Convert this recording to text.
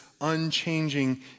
unchanging